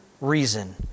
reason